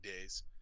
days